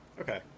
Okay